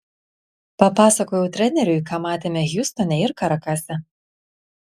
papasakojau treneriui ką matėme hjustone ir karakase